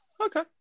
Okay